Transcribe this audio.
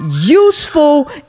useful